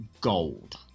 gold